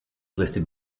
listed